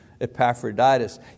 Epaphroditus